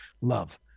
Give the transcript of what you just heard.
love